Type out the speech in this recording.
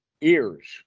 ears